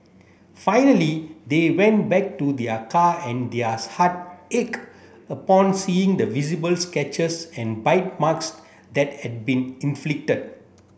finally they went back to their car and their heart ached upon seeing the visible sketches and bite marks that had been inflicted